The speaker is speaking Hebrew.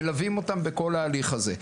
ומלווים אותם בכל ההליך הזה.